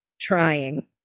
trying